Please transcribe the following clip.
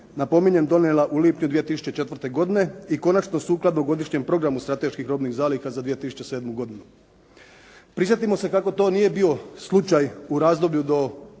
napominjem donijela u lipnju 2004. godine, i konačno sukladno Godišnjem programu strateških robnih zaliha za 2007. godinu. Prisjetimo se kako to nije bio slučaj u razdoblju do